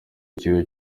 ikigo